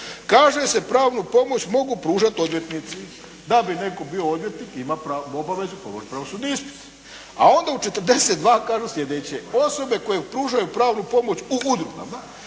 Kaže se pravnu pomoć mogu pružati odvjetnici. Da bi netko bio odvjetnik ima obavezu položit pravosudni ispit. A onda u 42. kažu sljedeće. Osobe koje pružaju pravnu pomoć u udrugama,